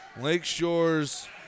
Lakeshore's